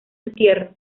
entierro